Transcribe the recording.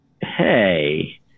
Hey